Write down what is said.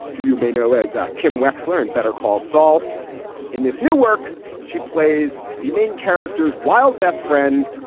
who you may know as kim wexler and better call saul in this new work she plays the main character's wild best friend,